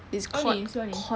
oh ni seluar ni